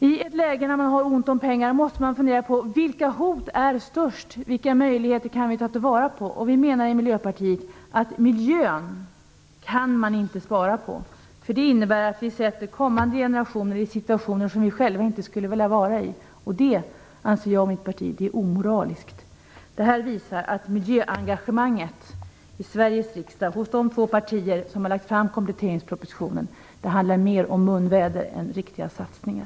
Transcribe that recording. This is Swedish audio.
I ett läge när man har ont om pengar måste man fundera på vilka hot som är störst och vilka möjligheter vi kan ta till vara. Vi i Miljöpartiet menar att man inte kan spara på miljön. Det skulle innebära att vi försätter kommande generationer i en situation som vi själva inte skulle vilja befinna oss i, och det anser jag och mitt parti vara omoraliskt. Allt detta visar att miljöengagemanget i riksdagen hos de två partier som har lagt fram kompletteringspropositionen handlar mer om munväder än om riktiga satsningar.